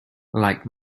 like